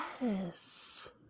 Yes